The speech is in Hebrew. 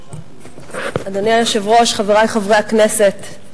אדוני היושב-ראש, חברי חברי הכנסת,